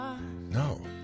No